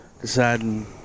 deciding